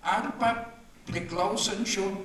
arba priklausančių